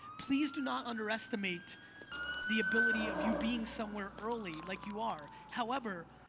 please do not underestimate the ability of you being somewhere early like you are. however,